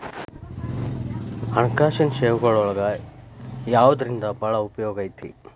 ಹಣ್ಕಾಸಿನ್ ಸೇವಾಗಳೊಳಗ ಯವ್ದರಿಂದಾ ಭಾಳ್ ಉಪಯೊಗೈತಿ?